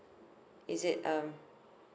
is it um